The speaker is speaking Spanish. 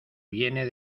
viene